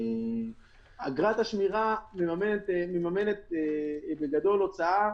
אגרת השמירה מממנת בגדול הוצאה,